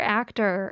actor